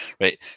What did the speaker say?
right